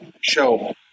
show